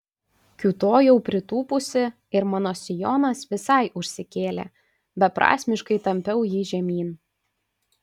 kiūtojau pritūpusi ir mano sijonas visai užsikėlė beprasmiškai tampiau jį žemyn